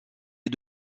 est